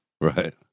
Right